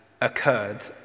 occurred